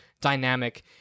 dynamic